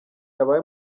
yabaye